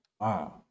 Wow